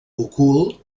ocult